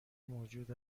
موجود